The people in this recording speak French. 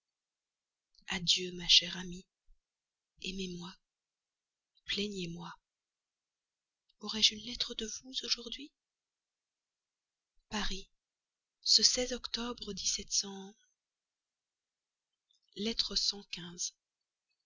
adieu ma chère amie aimez-moi plaignez-moi aurai-je une lettre de vous aujourd'hui paris ce octobre